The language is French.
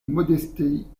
modestie